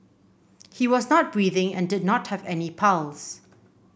he was not breathing and did not have any pulse